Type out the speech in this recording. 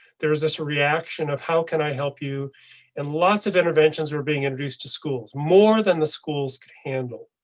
there. is this a reaction of how can i help you and lots of interventions were being introduced to schools more than the schools could handle.